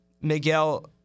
Miguel